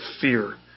fear